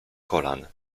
kolan